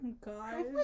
God